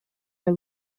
are